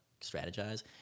strategize